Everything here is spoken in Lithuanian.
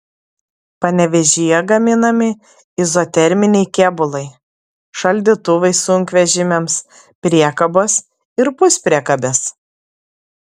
panevėžyje gaminami izoterminiai kėbulai šaldytuvai sunkvežimiams priekabos ir puspriekabės